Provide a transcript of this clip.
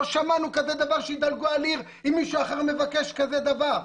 לא שמענו כזה דבר שידלגו על עיר אם מישהו אחר מבקש כזה דבר.